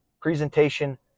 presentation